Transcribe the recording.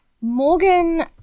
Morgan